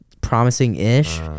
promising-ish